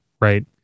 right